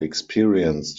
experienced